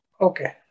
Okay